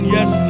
Yes